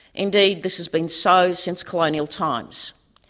indeed, this has been so since colonial times.